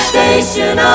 Station